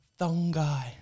Thongai